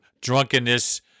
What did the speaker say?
drunkenness